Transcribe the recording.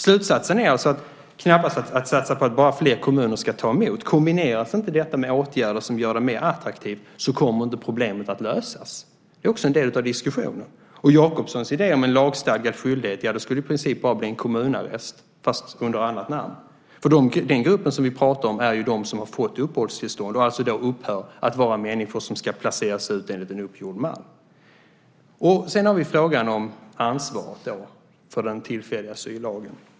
Slutsatsen är alltså knappast att man bara ska satsa på att fler kommuner ska ta emot. Om det inte kombineras med åtgärder som gör det mer attraktivt kommer inte problemet att lösas. Det är också en del av diskussionen. Leif Jakobssons idé om en lagstadgad skyldighet skulle i princip innebära en kommunarrest, men under annat namn. Den grupp vi pratar om är ju den som har fått uppehållstillstånd och som alltså har upphört att vara människor som ska placeras ut enligt en uppgjord mall. Vi har också frågan om ansvaret för den tillfälliga asyllagen.